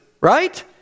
right